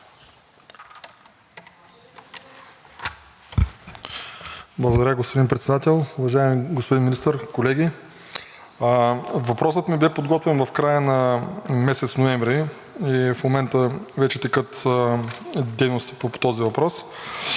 Благодаря, господин Председател. Уважаеми господин Министър, колеги! Въпросът ми бе подготвен в края на месец ноември. В момента вече текат дейности по този въпрос,